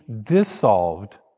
dissolved